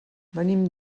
venim